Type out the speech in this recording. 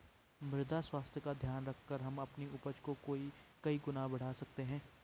मृदा स्वास्थ्य का ध्यान रखकर हम अपनी उपज को कई गुना बढ़ा सकते हैं